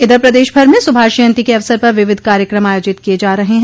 इधर प्रदेश भर में सुभाष जयन्ती के अवसर पर विविध कार्यक्रम आयोजित किये जा रहे हैं